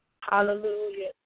hallelujah